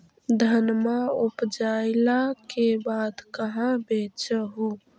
धनमा उपजाईला के बाद कहाँ बेच हू?